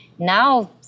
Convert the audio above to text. Now